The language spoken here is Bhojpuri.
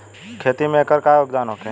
खेती में एकर का योगदान होखे?